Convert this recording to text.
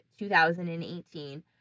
2018